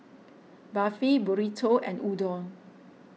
Barfi Burrito and Udon